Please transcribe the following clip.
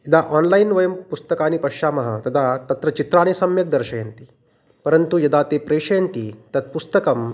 यदा आन्लैन् वयं पुस्तकान् पश्यामः तदा तत्र चित्राणि सम्यक् दर्शयन्ति परन्तु यदा ते प्रेषयन्ति तत् पुस्तकम्